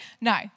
No